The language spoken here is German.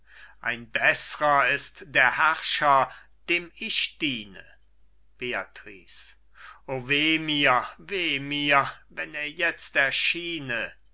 ein beßrer ist der herrscher dem ich diene beatrice o weh mir weh mir wenn er jetzt erschiene